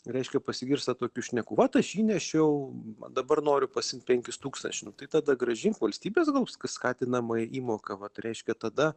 reiškia pasigirsta tokių šnekų vat aš įnešiau dabar noriu pasiimt penkis tūkstančių tai tada grąžink valstybės gaus skatinamąją įmoką vat reiškia tada